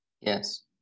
Yes